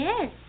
Yes